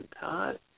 Todd